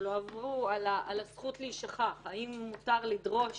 על הזכות להישכח, האם מותר לדרוש